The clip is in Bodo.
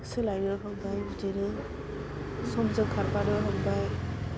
सोलायनो हमबाय बिदिनो समजों खारफानो हमबाय